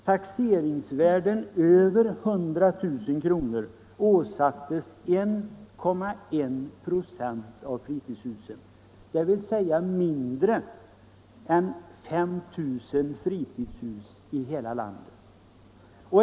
Taxeringsvärden över 100 000 åsattes 1,1 96 av fritidshusen, dvs. mindre än 5 000 fritidshus i hela landet.